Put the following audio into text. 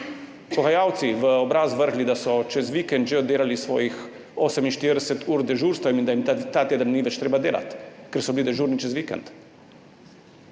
mi pogajalci v obraz vrgli, da so čez vikend že oddelali svojih 48 ur dežurstev in da jim ta teden ni več treba delati, ker so bili dežurni čez vikend,